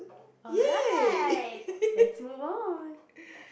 alright let's move on